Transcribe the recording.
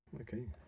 Okay